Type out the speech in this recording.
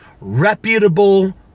Reputable